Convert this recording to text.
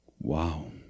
Wow